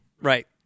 Right